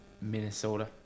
Minnesota